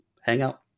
hangout